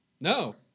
No